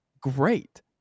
great